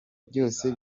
byose